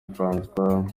francois